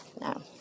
No